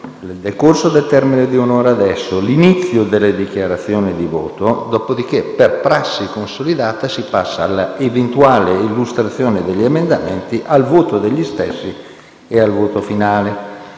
nel corso del termine di un'ora a partire da questo momento, l'inizio delle dichiarazioni di voto. Dopodiché, per prassi consolidata, si passa alla eventuale illustrazione degli emendamenti, al voto degli stessi e al voto finale.